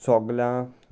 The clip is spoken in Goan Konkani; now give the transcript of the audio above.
सगल्यां